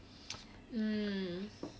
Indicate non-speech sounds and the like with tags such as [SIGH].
[NOISE] hmm